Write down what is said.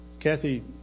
Kathy